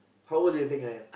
how old do you think I am